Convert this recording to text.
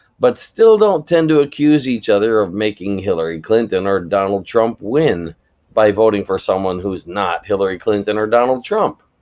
but still don't tend to accuse each other of making hillary clinton or donald trump win by voting for someone who is not hillary clinton or donald trump.